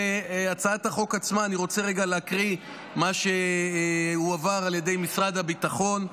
להצעת החוק עצמה אני רוצה רגע להקריא מה שהועבר על ידי משרד הביטחון,